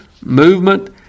movement